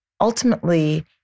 ultimately